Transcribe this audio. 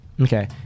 okay